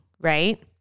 right